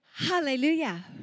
Hallelujah